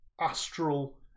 astral